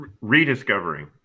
Rediscovering